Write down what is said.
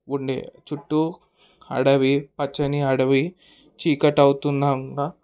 ఉండే చుట్టూ అడవి పచ్చని అడవి చీకటి అవుతున్న కూడా